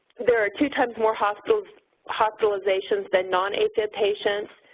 there are two times more hospitalizations hospitalizations than non-afib patients.